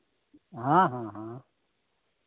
हाँ हाँ हाँ